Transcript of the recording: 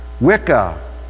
Wicca